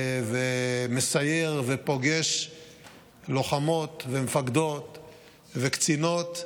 מסייר ופוגש לוחמות ומפקדות וקצינות,